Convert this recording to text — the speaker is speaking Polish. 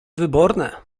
wyborne